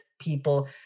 people